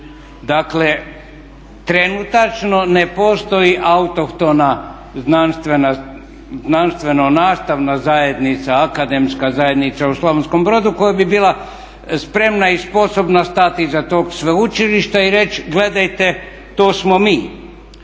Dakle trenutačno ne postoji autohtona znanstveno-nastavna zajednica, akademska zajednica u Slavonskom Brodu koja bi bila spremna i sposobna stati iza tog sveučilišta i reći gledajte, to smo mi.